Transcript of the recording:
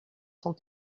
cent